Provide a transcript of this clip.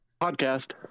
podcast